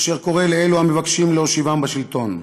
אשר קורא לאלו המבקשים להושיבם בשלטון: